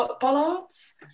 bollards